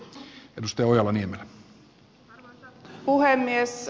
arvoisa puhemies